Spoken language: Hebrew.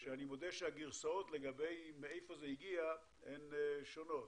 שאני מודה שהגרסאות לגבי מאיפה זה הגיע, שונות.